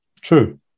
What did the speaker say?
True